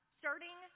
starting